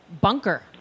bunker